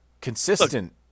consistent